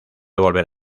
volver